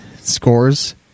scores